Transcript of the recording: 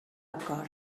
acord